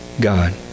God